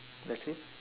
that's it